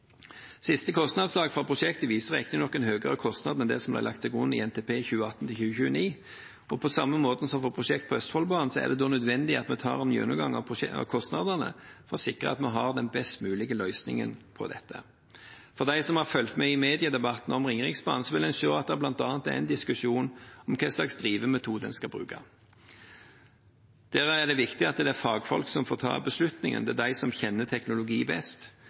Siste kostnadsoverslag fra prosjektet viser riktignok en høyere kostnad enn det som ble lagt til grunn i NTP for 2018–2029, og på samme måte som for prosjekt på Østfoldbanen, er det nødvendig at vi tar en gjennomgang av kostnadene for å sikre at vi har den best mulige løsningen på dette. For de som har fulgt med i mediedebatten om Ringeriksbanen, vil en se at det bl.a. er en diskusjon om hva slags drivemetode en skal bruke. Det er viktig at det er fagfolk som får ta beslutningen, det er de som kjenner teknologien best,